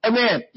Amen